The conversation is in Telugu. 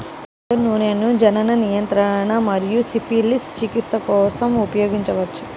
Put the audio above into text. నైజర్ నూనెను జనన నియంత్రణ మరియు సిఫిలిస్ చికిత్స కోసం ఉపయోగించవచ్చు